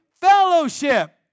fellowship